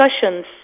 discussions